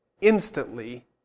instantly